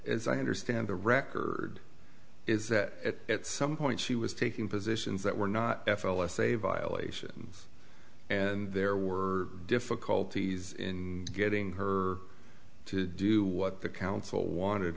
as i understand the record is that at some point she was taking positions that were not f l s a violation and there were difficulties in getting her to do what the council wanted